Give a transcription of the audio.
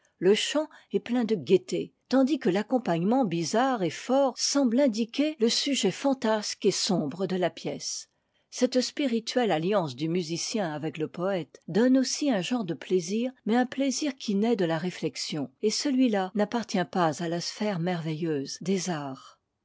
le chant est plein de gaieté tandis que l'accompagnement bizarre et fort semble indiquer le sujet fantasque et sombre de la pièce cette spirituelle alliance du musicien avec le poëte donne aussi un genre de plaisir mais un plaisir qui nait de la réflexion et celui-là n'appartient pas à la sphère merveilleuse des arts